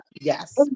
Yes